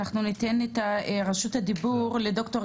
אנחנו ניתן את רשות הדיבור לד"ר